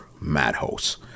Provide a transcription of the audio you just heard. Madhouse